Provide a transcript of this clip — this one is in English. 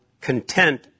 content